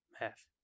math